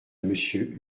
monsieur